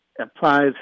applies